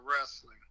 wrestling